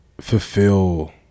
fulfill